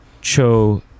Cho